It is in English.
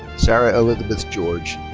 sarah elizabeth george.